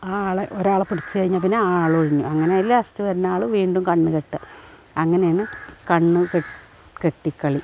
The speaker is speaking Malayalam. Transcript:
ആ ആളെ ഒരാളെ പിടിച്ചു കഴിഞ്ഞാൽപ്പിന്നെ ആ ആളൊഴിഞ്ഞു അങ്ങനെ ആ ലാസ്റ്റ് വരുന്നാൾ വീണ്ടും കണ്ണു കെട്ടുക അങ്ങനെയണ് കണ്ണു കെ കെട്ടിക്കളി